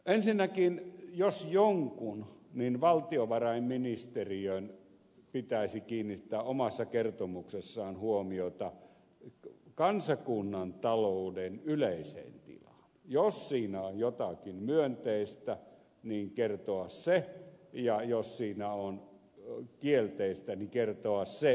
ensinnäkin jos jonkun niin valtiovarainministeriön pitäisi kiinnittää omassa kertomuksessaan huomiota kansakunnan talouden yleiseen tilaan ja jos siinä on jotakin myönteistä niin kertoa se ja jos siinä on kielteistä niin kertoa se oikein